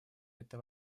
это